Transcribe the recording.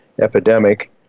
epidemic